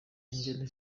ingene